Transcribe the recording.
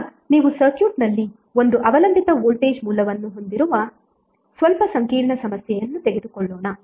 ಈಗ ನೀವು ಸರ್ಕ್ಯೂಟ್ನಲ್ಲಿ 1 ಅವಲಂಬಿತ ವೋಲ್ಟೇಜ್ ಮೂಲವನ್ನು ಹೊಂದಿರುವ ಸ್ವಲ್ಪ ಸಂಕೀರ್ಣ ಸಮಸ್ಯೆಯನ್ನು ತೆಗೆದುಕೊಳ್ಳೋಣ